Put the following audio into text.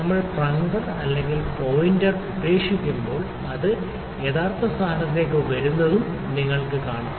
നമ്മൾ പ്ലങ്കർ അല്ലെങ്കിൽ പോയിന്റർ ഉപേക്ഷിക്കുമ്പോൾ അത് യഥാർത്ഥ സ്ഥാനത്തേക്ക് വരുന്നതും നിങ്ങൾക്ക് കാണാം